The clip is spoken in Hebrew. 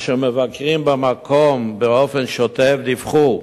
אשר מבקרים במקום באופן שוטף, דיווחו